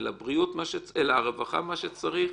אל הרווחה מה שצריך,